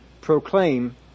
Proclaim